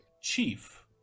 chief